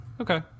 Okay